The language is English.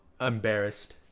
embarrassed